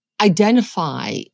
identify